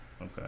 Okay